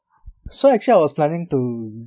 so actually I was planning to